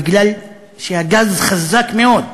כי הגז חזק מאוד.